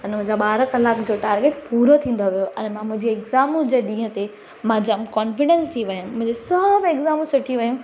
त मुंहिंजा ॿारहां कलाक जो टार्गेट पूरो थींदो हुयो ऐं मां मुंहिंजी एक्ज़ाम जे ॾींहं ते मां जामु कॉन्फीडेंस थी वियमि मुंहिंजा सभु एक्ज़ाम सुठी वियूं